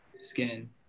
skin